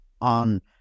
on